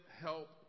help